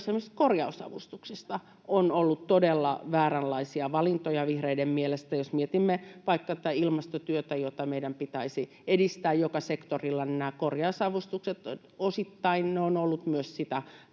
korjausavustuksista ovat olleet vääränlaisia valintoja vihreiden mielestä. Jos mietimme vaikka tätä ilmastotyötä, jota meidän pitäisi edistää joka sektorilla, niin nämä korjausavustukset ovat osittain olleet myös